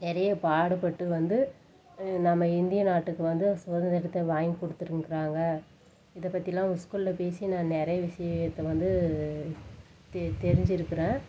நிறைய பாடுபட்டு வந்து நம்ம இந்திய நாட்டுக்கு வந்து சுதந்திரத்தை வாங்கி கொடுத்துருக்குறாங்க இதை பற்றிலாம் அவங்க ஸ்கூலில் பேசி நான் நிறைய விசயத்தை வந்து தெரிஞ்சிருக்கிறேன்